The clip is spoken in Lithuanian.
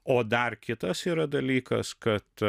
o dar kitas yra dalykas kad